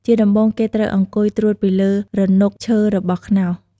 ជាដំបូង គេត្រូវអង្គុយត្រួតពីលើរនុកឈើរបស់ខ្នោស។